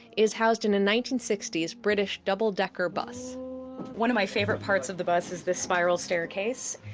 is housed in a nineteen sixty s british double-decker bus one of my favorite parts of the bus is this spiral staircase.